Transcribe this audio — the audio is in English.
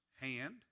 hand